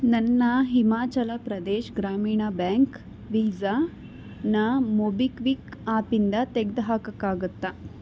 ನನ್ನ Himachal Pradesh Gramin bank Visa ನ MobiKwik ಆಪಿಂದ ತೆಗ್ದು ಹಾಕೋಕ್ಕಾಗುತ್ತ